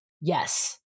Yes